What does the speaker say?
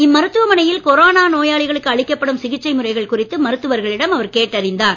இம்மருத்துவமனையில் corona நோயாளிகளுக்கு அளிக்கப்படும் சிகிச்சை முறைகள் குறித்து மருத்துவர்களிடம் அவர் கேட்டறிந்தார்